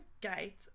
gate